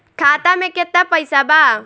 खाता में केतना पइसा बा?